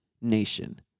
nation